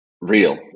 real